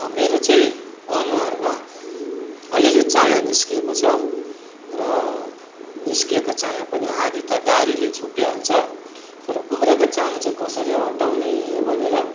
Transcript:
मेरो चाहिँ अनुहारमा अलिअलि चायाँ निस्किएको छ र निस्किएको चायाँ पनि आधा त दाह्रीले छोपिहाल्छ तर उब्रेको चायाँ चाहिँ कसरी हटाउने भनेर